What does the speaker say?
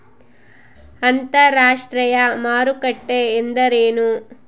ಅಂತರಾಷ್ಟ್ರೇಯ ಮಾರುಕಟ್ಟೆ ಎಂದರೇನು?